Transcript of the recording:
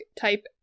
type